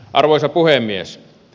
arvoisa puhemies